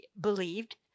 believed